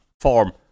form